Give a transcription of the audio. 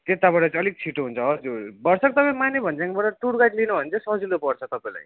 त्यताबाट चाहिँ अलिक छिटो हुन्छ हजुर भरसक तपाईँ माने भन्ज्याङबाट टुर गाइड लिनुभयो भने चाहिँ सजिलो पर्छ तपाईँलाई